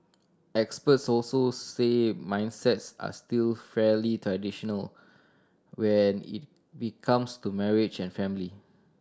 experts also say mindsets are still fairly traditional when it becomes to marriage and family